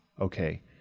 okay